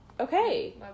Okay